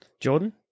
Jordan